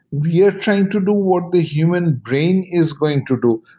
we are trying to do what the human brain is going to do,